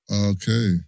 Okay